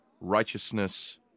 righteousness